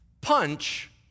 Punch